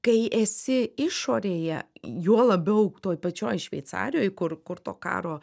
kai esi išorėje juo labiau toj pačioj šveicarijoj kur kur to karo